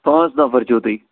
پانٛژھ نَفَر چھُو تُہۍ